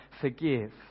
forgive